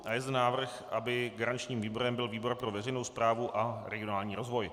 Je zde návrh, aby garančním výborem byl výbor pro veřejnou správu a regionální rozvoj.